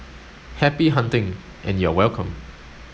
happy hunting and you are welcome